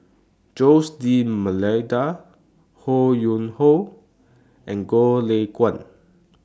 Jose D'almeida Ho Yuen Hoe and Goh Lay Kuan